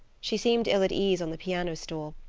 she seemed ill at ease on the piano stool,